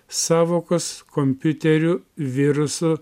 sąvokos kompiuterių virusų